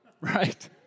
right